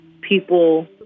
people